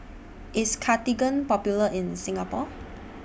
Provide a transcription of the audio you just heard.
IS Cartigain Popular in Singapore